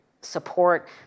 support